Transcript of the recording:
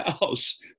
house